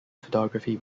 photography